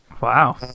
Wow